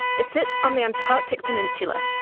it sits on the antarctic peninsula,